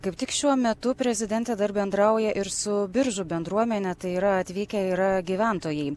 kaip tik šiuo metu prezidentė dar bendrauja ir su biržų bendruomene tai yra atvykę yra gyventojai